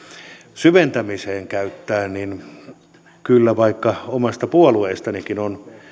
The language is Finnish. syventämiseen käyttää niin vaikka kyllä omasta puolueestanikin on